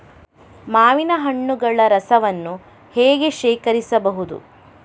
ಮಾವಿನ ಹಣ್ಣುಗಳ ರಸವನ್ನು ಹೇಗೆ ಶೇಖರಿಸಬಹುದು?